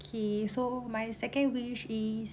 okay so my second wish is